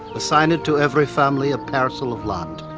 assigned to every family a parcel of land,